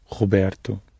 Roberto